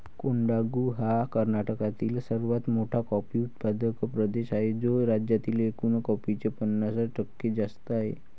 कोडागु हा कर्नाटकातील सर्वात मोठा कॉफी उत्पादक प्रदेश आहे, जो राज्यातील एकूण कॉफीचे पन्नास टक्के जास्त आहे